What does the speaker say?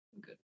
good